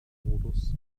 modus